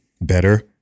better